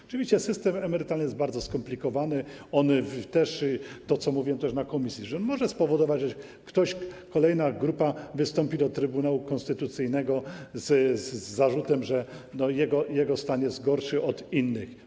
Oczywiście system emerytalny jest bardzo skomplikowany, on też - to, co mówiłem już w komisji - może spowodować, że ktoś, kolejna grupa, wystąpi do Trybunału Konstytucyjnego z zarzutem, że jego stan jest gorszy od innych.